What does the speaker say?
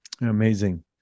Amazing